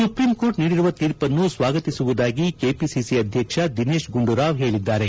supreme court ನೀಡಿರುವ ತೀರ್ಪನ್ನು ಸ್ವಾಗತಿಸುವುದಾಗಿ ಕೆಪಿಸಿಸಿ ಅಧ್ಯಕ್ಷ ದಿನೇಶ್ ಗುಂಡೂರಾವ್ ಹೇಳಿದ್ದಾರೆ